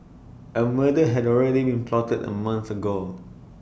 A murder had already been plotted A month ago